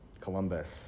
Columbus